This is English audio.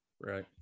Right